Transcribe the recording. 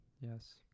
Yes